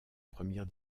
première